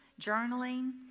journaling